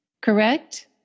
correct